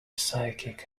psychic